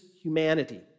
humanity